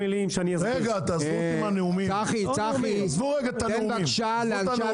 הקריטריונים לא נקבעו בשיתוף המגדלים או בשיתוף אנשי